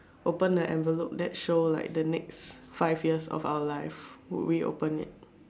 open the envelope that show like the next five years of our life would we open it